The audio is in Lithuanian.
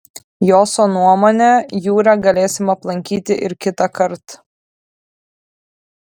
joso nuomone jūrę galėsim aplankyti ir kitąkart